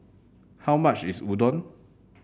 how much is Udon